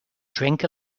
drink